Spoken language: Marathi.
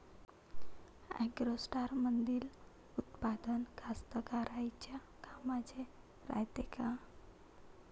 ॲग्रोस्टारमंदील उत्पादन कास्तकाराइच्या कामाचे रायते का?